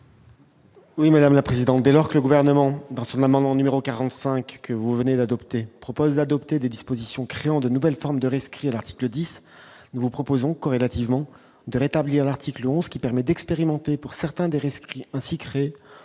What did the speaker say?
Oui, madame la présidente, dès lors que le gouvernement dans son amendement numéro 45 que vous venez d'adopter propose adopter des dispositions créant de nouvelles formes de réinscrire l'article 10, nous vous proposons corrélativement, de rétablir l'article 11 qui permet d'expérimenter pour certains des risques ainsi créer